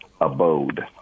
abode